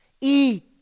eat